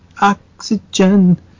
oxygen